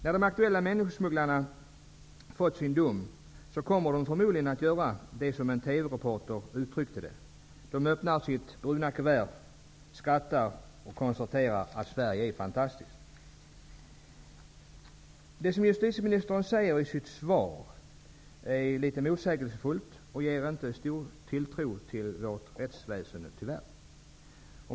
När de aktuella människosmugglarna har fått sin dom kommer de förmodligen att göra så som en TV-reporter uttryckte det hela: De öppnar det bruna kuvertet, skrattar och konstaterar att Sverige är fantastiskt. Det justitieministern sade i sitt svar är motsägelsefullt och ger tyvärr inte stor tilltro till vårt rättsväsende.